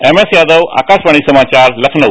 MS Yadav Akashvani समाचार लखनऊ